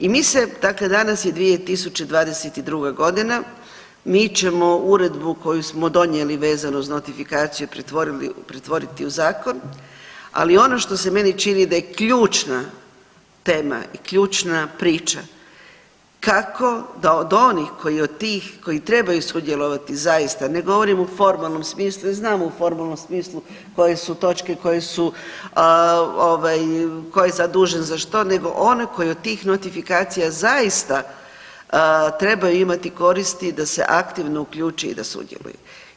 I mi se, dakle danas je 2022. godina, mi ćemo uredbu koju smo donijeli vezano uz notifikaciju pretvorili, pretvoriti u zakon, ali ono što se meni čini da je ključna tema i ključna priča, kako da od onih koji od tih, koji trebaju sudjelovati zaista, ne govorim u formalnom smislu jer znamo u formalnom smislu koje su točke, koje su ovaj tko je zadužen za što nego one koje od tih notifikacija zaista trebaju imaju koristi da se aktivno uključi i da sudjeluje.